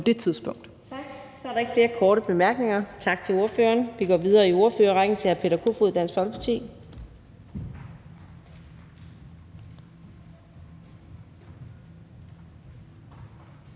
Adsbøl): Tak. Så er der ikke flere korte bemærkninger. Tak til ordføreren. Vi går videre i ordførerrækken til hr. Peter Kofod, Dansk Folkeparti.